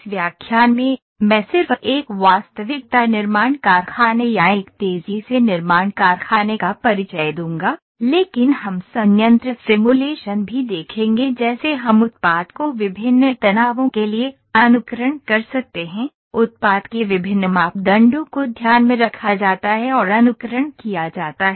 इस व्याख्यान में मैं सिर्फ एक वास्तविकता निर्माण कारखाने या एक तेजी से निर्माण कारखाने का परिचय दूंगा लेकिन हम संयंत्र सिमुलेशन भी देखेंगे जैसे हम उत्पाद को विभिन्न तनावों के लिए अनुकरण कर सकते हैं उत्पाद के विभिन्न मापदंडों को ध्यान में रखा जाता है और अनुकरण किया जाता है